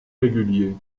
régulier